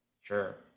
sure